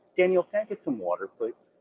daniel, can i get some water, please?